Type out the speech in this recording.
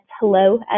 hello